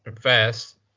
Fast